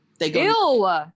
Ew